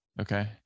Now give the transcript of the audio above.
okay